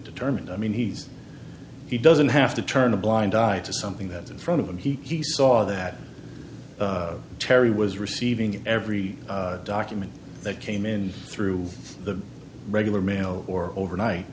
determined i mean he's he doesn't have to turn a blind eye to something that in front of him he saw that terri was receiving every document that came in through the regular mail or overnight